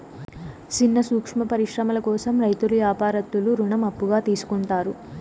సిన్న సూక్ష్మ పరిశ్రమల కోసం రైతులు యాపారత్తులు రుణం అప్పుగా తీసుకుంటారు